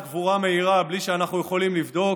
קבורה מהירה בלי שאנחנו יכולים לבדוק,